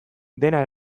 dena